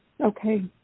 Okay